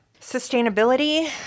sustainability